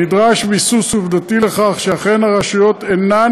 נדרש ביסוס עובדתי לכך שאכן הרשויות אינן